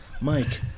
Mike